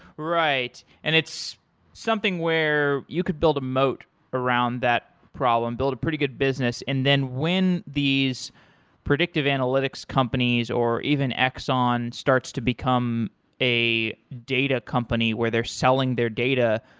right, and it's something where you could build a moat around that problem. build a pretty good business and then when these predictive analytics companies or even exxon starts to become a data company where they're selling their data,